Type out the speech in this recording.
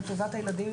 לטובת הילדים,